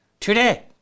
Today